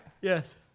Yes